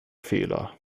fehler